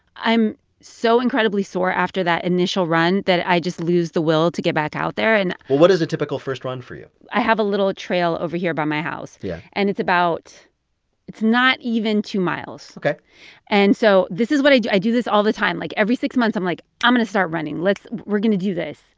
i'm so incredibly sore after that initial run that i just lose the will to get back out there and. well, what is a typical first run for you? i have a little trail over here by my house yeah and it's about it's not even two miles ok and so this is what i do. i do this all the time. like, every six months, i'm like, i'm going to start running. we're going to do this.